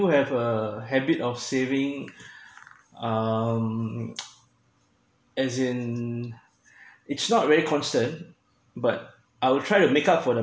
have uh habit of saving um as in it's not very constant but I will try to make up for the